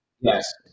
Yes